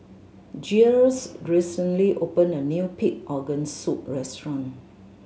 Giles recently opened a new pig organ soup restaurant